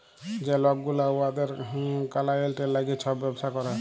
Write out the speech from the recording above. যে লক গুলা উয়াদের কালাইয়েল্টের ল্যাইগে ছব ব্যবসা ক্যরে